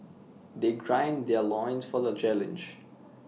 they gran their loins for the challenge